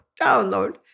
download